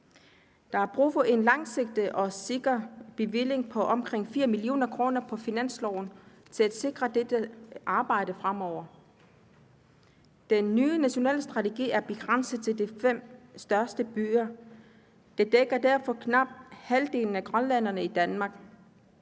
Der er brug for en langsigtet og sikker bevilling på omkring 4 mio. kr. på finansloven til sikring af dette arbejde fremover. Den nye nationale strategi er begrænset til de fem største byer. Den dækker derfor knap halvdelen af grønlænderne i Danmark,